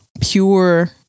pure